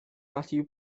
matthew